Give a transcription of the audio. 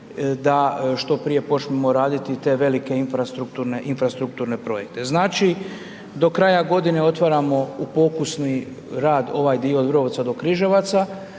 da što prije počnemo raditi te velike infrastrukturne projekte. Znači, do kraja godine otvaramo u pokusni rad ovaj dio od Vrbovca do Križevaca,